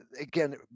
Again